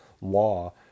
law